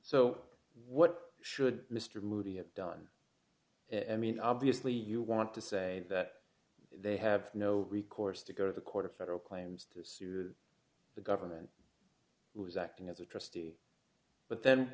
so what should mr movie have done i mean obviously you want to say that they have no recourse to go to the court of federal claims to sue the government who is acting as a trustee but then